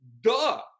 duh